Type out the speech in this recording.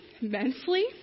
immensely